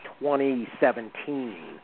2017